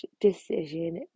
decision